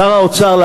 שר האוצר,